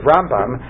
Rambam